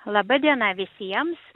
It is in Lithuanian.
laba diena visiems